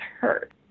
hurt